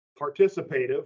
participative